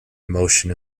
emotion